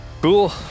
Cool